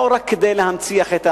לא רק כדי להנציח את העבר,